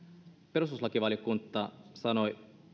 perustuslakivaliokunta sanoi